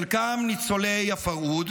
חלקם ניצולי הפרהוד,